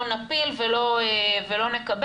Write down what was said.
לא נפיל ולא נקבל,